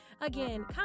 Again